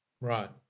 Right